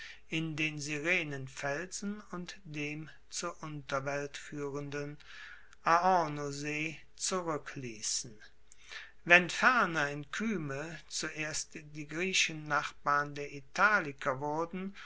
in den sirenenfelsen und dem zur unterwelt fuehrenden aornossee zurueckliessen wenn ferner in kyme zuerst die griechen nachbarn der italiker wurden